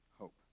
hope